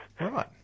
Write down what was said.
right